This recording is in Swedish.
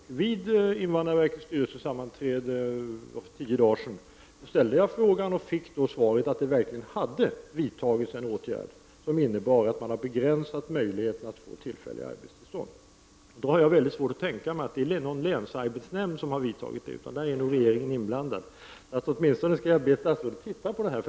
Vid invandrarverkets styrelsemöte för tio dagar sedan ställde jag frågan och fick svaret att det verkligen hade vidtagits en åtgärd, som innebar att man hade begränsat möjligheten att få tillfälliga arbetstillstånd. Jag har då svårt att tänka mig att det är någon länsarbetsnämnd som har vidtagit denna åtgärd, utan där är nog regeringen inblandad. Jag vill be statsrådet att åtminstone titta på detta.